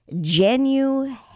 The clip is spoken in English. genuine